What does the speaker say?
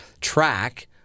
track